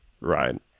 right